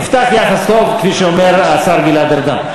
הובטח יחס טוב, כפי שאומר השר גלעד ארדן.